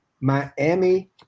Miami